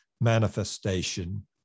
manifestation